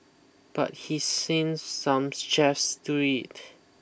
but he seems some chefs do it